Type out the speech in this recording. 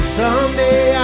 someday